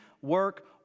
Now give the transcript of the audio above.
work